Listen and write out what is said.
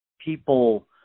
people